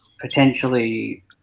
potentially